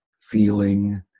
feeling